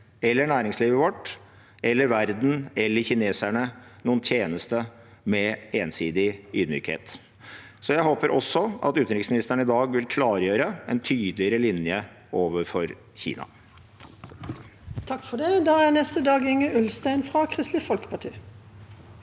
selv, næringslivet vårt, verden eller kineserne noen tjeneste med ensidig ydmykhet. Jeg håper også at utenriksministeren i dag vil klargjøre en tydeligere linje overfor Kina.